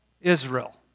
Israel